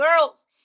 girls